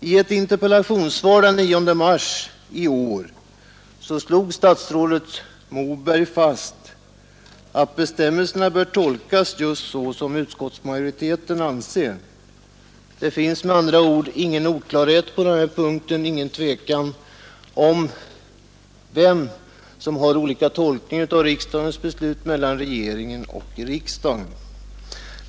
I ett interpellationssvar den 9 mars i år slog statsrådet Moberg fast att bestämmelserna bör tolkas just så som utskottsmajoriteten anser. Det finns med andra ord ingen oklarhet på denna punkt och inte heller någon tvekan om tolkningen av riksdagens och regeringens beslut.